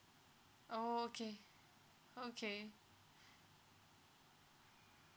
oh okay okay